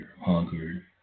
hunger